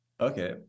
Okay